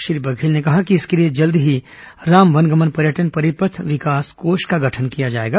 श्री बघेल ने कहा कि इसके लिए जल्द ही राम वनगमन पर्यटन परिपथ विकास कोष का गठन किया जाएगा